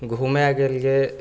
घुमे गेलिए